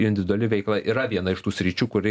individuali veikla yra viena iš tų sričių kuri